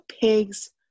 pigs